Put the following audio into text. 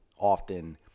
Often